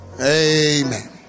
Amen